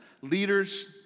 Leaders